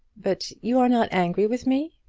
but you are not angry with me?